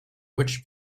which